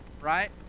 right